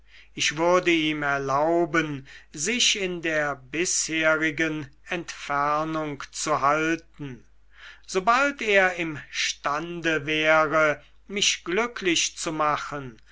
ich würde ihm erlauben sich in der bisherigen entfernung zu halten sobald er imstande wäre mich glücklich zu machen